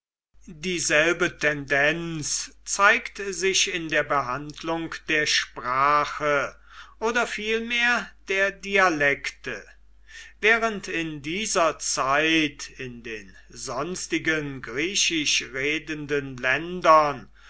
dieselbe tendenz zeigt sich in der behandlung der sprache oder vielmehr der dialekte während in dieser zeit in den sonstigen griechisch redenden ländern